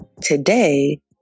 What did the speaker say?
Today